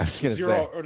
Zero